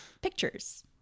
pictures